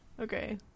Okay